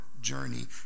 journey